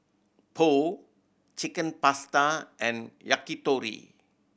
Pho Chicken Pasta and Yakitori